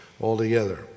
altogether